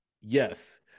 yes